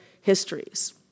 histories